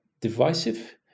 divisive